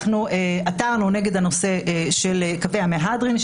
עתרנו נגד הנושא של קווי המהדרין,